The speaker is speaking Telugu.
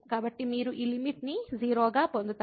కాబట్టి మీరు ఈ లిమిట్ ని 0 గా పొందుతారు